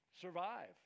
survive